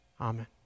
Amen